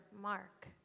mark